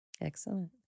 Excellent